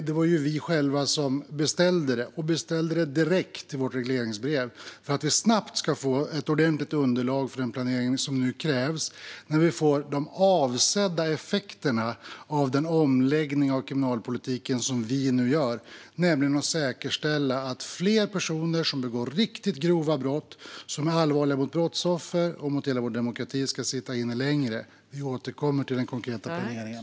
Det var ju vi själva som beställde det och beställde det direkt i vårt regleringsbrev för att snabbt få ett ordentligt underlag för den planering som krävs när vi får de avsedda effekterna av den omläggning av kriminalpolitiken som vi nu gör, nämligen att säkerställa att fler personer som begår riktigt grova brott som är allvarliga mot brottsoffer och mot hela vår demokrati ska sitta inne längre. Vi återkommer till den konkreta planeringen.